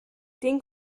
den